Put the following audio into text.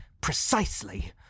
precisely